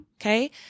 okay